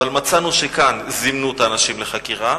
אבל מצאנו שכאן זימנו את האנשים לחקירה,